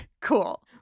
Cool